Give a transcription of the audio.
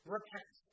Repent